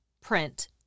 print